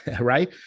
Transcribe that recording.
right